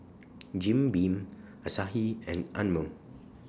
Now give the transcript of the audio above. Jim Beam Asahi and Anmum